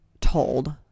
told